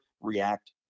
react